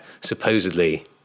supposedly